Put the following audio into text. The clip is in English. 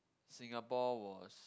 Singapore was